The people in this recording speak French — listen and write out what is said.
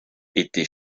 était